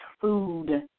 food